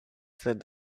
said